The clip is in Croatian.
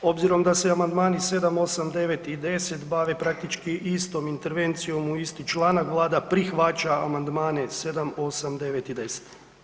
Obzirom da se Amandmani 7., 8., 9. i 10. bave praktički istom intervencijom u isti članak Vlada prihvaća Amandmane 7., 8., 9. i 10.